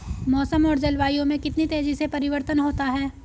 मौसम और जलवायु में कितनी तेजी से परिवर्तन होता है?